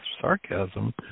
sarcasm